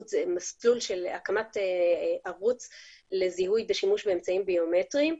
לשימוש בהקמת ערוץ לזיהוי בשימוש באמצעים ביומטריים.